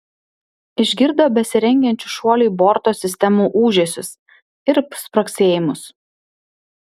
išgirdo besirengiančių šuoliui borto sistemų ūžesius ir spragsėjimus